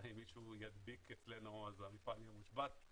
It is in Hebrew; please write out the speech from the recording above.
אם מישהו ידביק אצלנו המפעל יהיה מושבת.